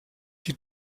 die